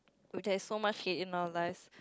oh there's so much hate in our lives